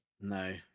No